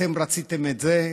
אתם רציתם את זה,